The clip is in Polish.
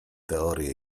teorie